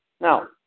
Now